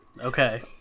Okay